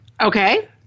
Okay